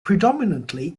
predominantly